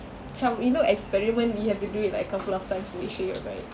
macam you know experiment we have to do it like a couple of times to make sure you're right